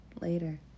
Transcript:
Later